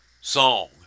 song